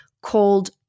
called